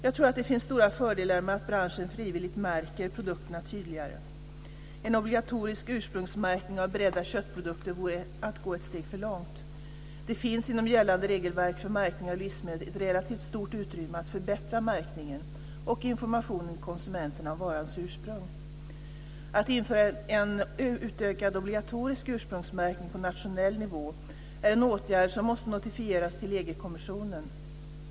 Jag tror att det finns stora fördelar med att branschen frivilligt märker produkterna tydligare. En obligatorisk ursprungsmärkning av beredda köttprodukter vore att gå ett steg för långt. Det finns inom gällande regelverk för märkning av livsmedel ett relativt stort utrymme att förbättra märkningen och informationen till konsumenterna om varans ursprung. Att införa en utökad obligatorisk ursprungsmärkning på nationell nivå är en åtgärd som måste notifieras till EG-kommissionen.